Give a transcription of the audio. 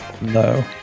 No